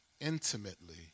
intimately